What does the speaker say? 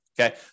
Okay